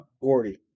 Gordy